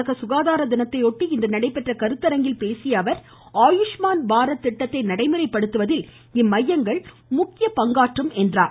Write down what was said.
உலக சுகாதார தினத்தையொட்டி இன்று நடைபெற்ற புதுதில்லியில் கருத்தரங்கில் பேசிய அவர் ஆயுஷ்மான் பாரத் திட்டத்தை நடைமுறைப்படுத்துவதில் இம்மையங்கள் முக்கிய பங்கு வகிக்கும் என்றார்